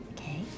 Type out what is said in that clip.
Okay